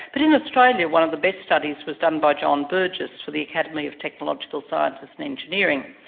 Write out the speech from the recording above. but in australia one of the best studies was done by john burgess for the academy of technological sciences and engineering,